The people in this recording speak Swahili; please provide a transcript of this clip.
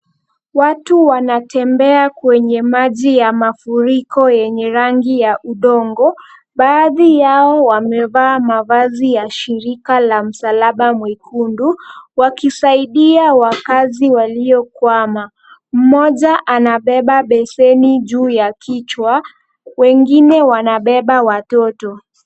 Watu wanatembea kwenye maji ya mafuriko yenye rangi ya udongo. Baadhi yao wamevaa mavazi ya shirika la msalaba mwekundu wakisaidia wakazi waliokwama. Mmoja anabeba beseni juu ya kichwa. Wengine wanabeba watoto.